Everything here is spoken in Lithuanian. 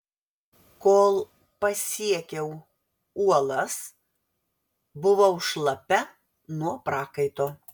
kol pasiekiau uolas buvau šlapia nuo prakaito